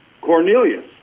Cornelius